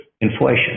inflation